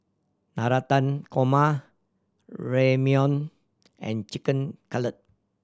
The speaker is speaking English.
Navratan Korma Ramyeon and Chicken Cutlet